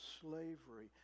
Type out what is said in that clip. slavery